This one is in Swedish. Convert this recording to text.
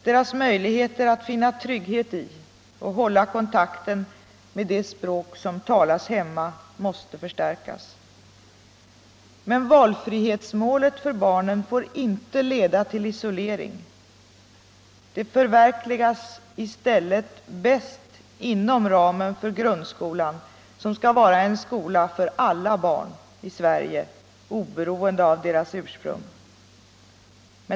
Deras möjlighet att finna trygghet i och hålla kontakten med det språk som talas hemma måste förstärkas. Men valfrihetsmålet för barnen får inte leda till isolering. Det förverkligas i stället bäst inom ramen för grundskolan, som skall vara en skola för alla barn i Sverige, oberoende av deras ursprung.